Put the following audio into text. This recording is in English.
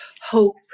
hope